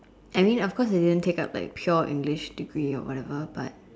I mean of course I didn't take up like pure English degree or whatever but